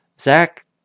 Zach